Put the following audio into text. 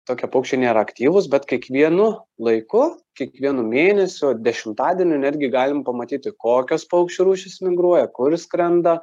tokie paukščiai nėra aktyvūs bet kiekvienu laiku kiekvienu mėnesiu dešimtadienį netgi galim pamatyti kokios paukščių rūšys migruoja kur skrenda